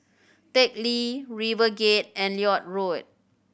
Teck Lee RiverGate and Lloyd Road